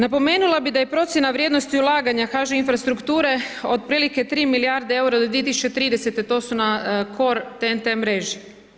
Napomenula bi da je procjena vrijednosti ulaganja HŽ infrastrukture otprilike 3 milijarde eura do 2030., to su na core TNT mreži.